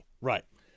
right